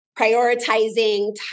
prioritizing